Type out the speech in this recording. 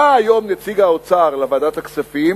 באה היום נציגת האוצר לוועדת הכספים